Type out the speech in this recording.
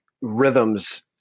rhythms